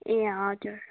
ए हजुर